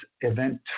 event